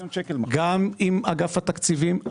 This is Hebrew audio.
גם עם אגף התקציבים.